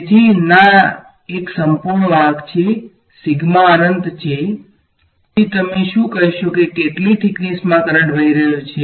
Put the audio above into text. તેથી ના તે એક સંપૂર્ણ વાહક છે અનંત છે તો પછી તમે શું કહેશો કે કેટલી થીકનેસ મા કરંટ વહી રહ્યો છે